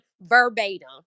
verbatim